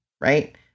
right